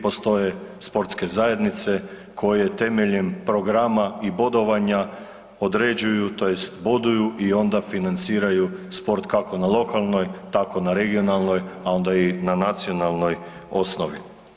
Postoje sportske zajednice koje temeljem programa i bodovanja određuju tj. boduju i onda financiraju sport kako na lokalnoj tako na regionalnoj, a onda i na nacionalnoj osnovi.